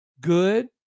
good